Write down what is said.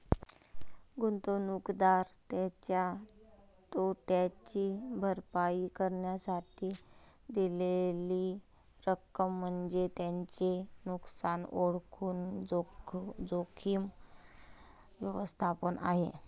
गुंतवणूकदार त्याच्या तोट्याची भरपाई करण्यासाठी दिलेली रक्कम म्हणजे त्याचे नुकसान ओळखून जोखीम व्यवस्थापन आहे